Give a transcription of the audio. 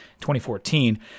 2014